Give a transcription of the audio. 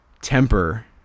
temper